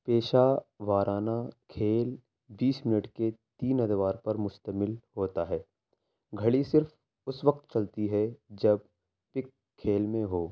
پیشہ وارانہ کھیل بیس منٹ کے تین ادوار پر مشتمل ہوتا ہے گھڑی صرف اس وقت چلتی ہے جب پک کھیل میں ہو